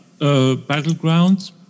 battlegrounds